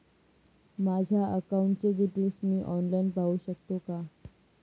माझ्या अकाउंटचे डिटेल्स मी ऑनलाईन पाहू शकतो का?